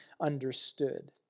understood